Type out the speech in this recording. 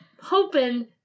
Hoping